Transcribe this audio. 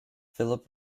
philip